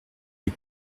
des